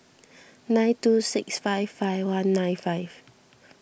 nine two six five five one nine five